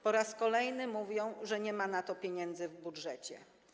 Po raz kolejny mówią, że nie ma na to pieniędzy w budżecie.